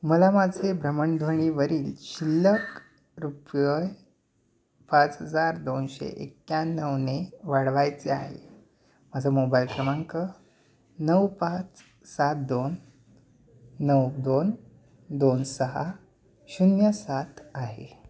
मला माझे भ्रमणध्वनीवरील शिल्लक रुपये पाच हजार दोनशे एक्याण्णवने वाढवायचे आहे माझं मोबाईल क्रमांक नऊ पाच सात दोन नऊ दोन दोन सहा शून्य सात आहे